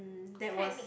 that was